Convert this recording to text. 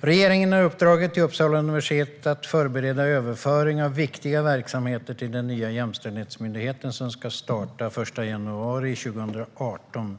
Regeringen har uppdragit åt Uppsala universitet att förbereda överföring av viktiga verksamheter till den nya jämställdhetsmyndighet som ska starta den 1 januari 2018.